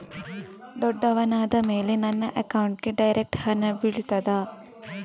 ದೊಡ್ಡವನಾದ ಮೇಲೆ ನನ್ನ ಅಕೌಂಟ್ಗೆ ಡೈರೆಕ್ಟ್ ಹಣ ಬೀಳ್ತದಾ?